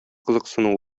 кызыксыну